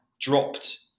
dropped